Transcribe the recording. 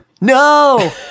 No